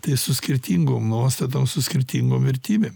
tai su skirtingom nuostatom su skirtingom vertybėm